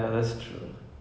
fits the character